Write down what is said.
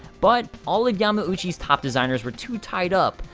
but all of yamauchi's top designers were too tied up,